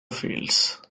fields